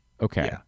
Okay